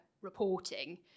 reporting